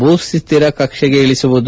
ಭೂಸ್ಲಿರ ಕಕ್ಷೆಗೆ ಇಳಿಸುವುದು